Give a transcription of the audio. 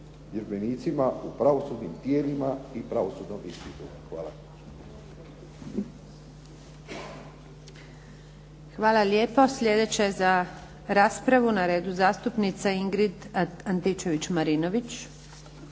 vježbenicima u pravosudnim tijelima i pravosudnom ispitu. Hvala. **Antunović, Željka (SDP)** Hvala lijepo. Sljedeća za raspravu na redu, zastupnica Ingrid Antičević-Marinović.